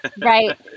right